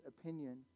opinion